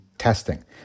testing